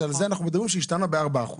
שעל זה אנחנו מדברים שהשתנה ב-4%,